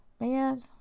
Man